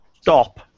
stop